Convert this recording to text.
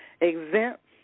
exempt